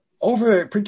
over